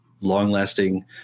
long-lasting